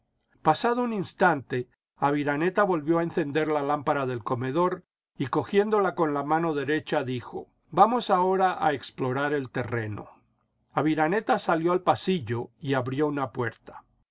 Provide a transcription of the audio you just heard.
pasado un instante aviraneta volvió a encender la lámpara del comedor y cogiéndola con la mano derecha dijo vamos ahora a explorar el terreno aviraneta salió al pasillo y abrió una puerta